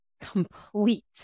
complete